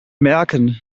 merken